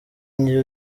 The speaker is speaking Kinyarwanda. njye